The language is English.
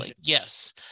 Yes